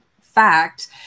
fact